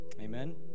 Amen